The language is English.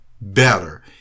better